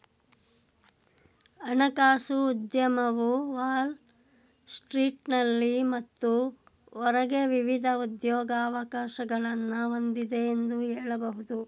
ಹಣಕಾಸು ಉದ್ಯಮವು ವಾಲ್ ಸ್ಟ್ರೀಟ್ನಲ್ಲಿ ಮತ್ತು ಹೊರಗೆ ವಿವಿಧ ಉದ್ಯೋಗವಕಾಶಗಳನ್ನ ಹೊಂದಿದೆ ಎಂದು ಹೇಳಬಹುದು